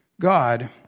God